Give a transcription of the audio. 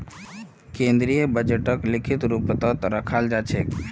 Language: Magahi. केन्द्रीय बजटक लिखित रूपतत रखाल जा छेक